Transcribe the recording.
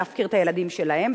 להפקיר את הילדים שלהם,